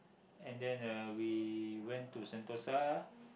and then uh we went to Sentosa